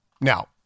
Now